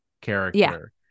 character